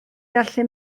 gallu